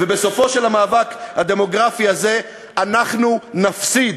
ובסופו של המאבק הדמוגרפי הזה אנחנו נפסיד,